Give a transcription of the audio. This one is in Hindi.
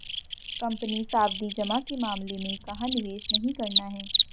कंपनी सावधि जमा के मामले में कहाँ निवेश नहीं करना है?